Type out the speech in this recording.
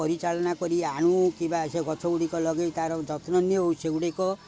ପରିଚାଳନା କରି ଆଣୁ କିମ୍ବା ସେ ଗଛ ଗୁଡ଼ିକ ଲଗାଇ ତା'ର ଯତ୍ନ ନେଉ ସେଗୁଡ଼ିକ